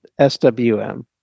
SWM